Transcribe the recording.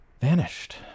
Vanished